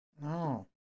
No